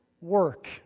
work